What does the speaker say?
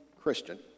Christian